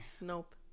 Nope